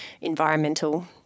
environmental